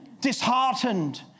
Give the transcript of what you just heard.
disheartened